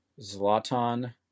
Zlatan